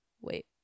wait